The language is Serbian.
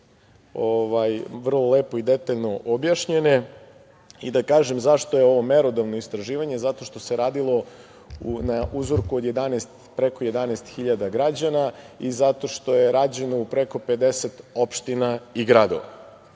vrlo lepo i detaljno objašnjene i da kažem zašto je ovo merodavno istraživanje. Zato što se radilo na uzorku od preko 11.000 građana i zato što je rađeno u preko 50 opština i gradova.